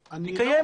קיימת.